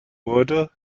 wurde